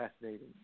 fascinating